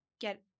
get